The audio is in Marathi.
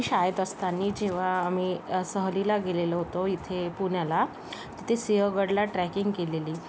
मी शाळेत असताना जेव्हा आम्ही सहलीला गेलेलो होतो इथे पुण्याला तिथे सिंहगडला ट्रॅकिंग केलेली